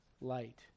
light